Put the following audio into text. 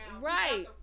Right